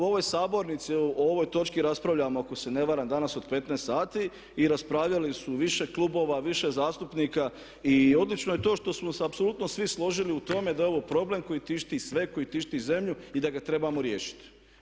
U ovoj sabornici, o ovoj točci raspravljamo ako se ne varam danas od 15 sati i raspravljali su više klubova, više zastupnika i odlično je to što smo se apsolutno svi složili u tome da je ovo problem koji tišti sve, koji tišti zemlju i da ga trebamo riješiti.